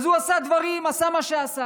אז הוא עשה דברים, עשה מה שעשה.